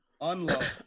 unloved